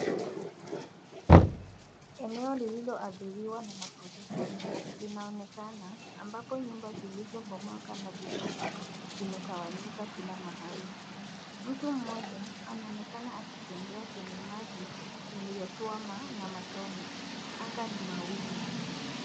Eneo lililo adhiliwa na mafuriko linaonekana ambapo nyumba zilizobomoka na vifusi vimetawanyika kila mahali. Mtu mmoja anaonekana akitembea kwenye maji yaliyo twama namatone. Anga ni mawingu.